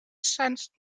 sensed